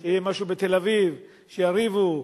שיהיה משהו בתל-אביב, שיריבו.